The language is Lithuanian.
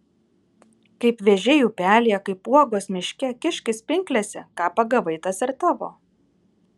kaip vėžiai upelyje kaip uogos miške kiškis pinklėse ką pagavai tas ir tavo